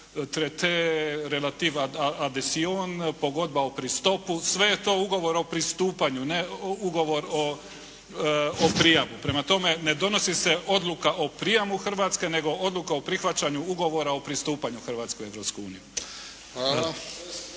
treaty, accession … /Ne razumije se./ … sve je to ugovor o pristupanju, ne ugovor o prijamu. Prema tome ne donosi se odluka o prijamu Hrvatske nego odluka o prihvaćanju ugovora o pristupanju Hrvatske Europskoj uniji.